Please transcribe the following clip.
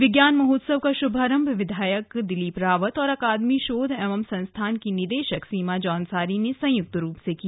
विज्ञान महोत्सव का शुभारंभ विधायक दिलीप रावत और अकादमी शोध एवं संस्थान की निदेशक सीमा जौनसारी ने सयुंक्तरुप से किया